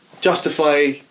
justify